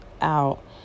out